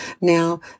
Now